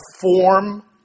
form